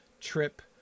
trip